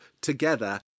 together